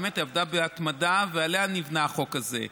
באמת היא עבדה בהתמדה עליה נבנה החוק הזה.